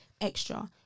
extra